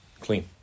clean